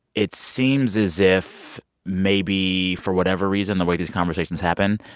it seems as if maybe, for whatever reason, the way these conversations happen,